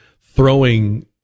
throwing